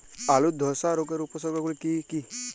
আলুর ধসা রোগের উপসর্গগুলি কি কি?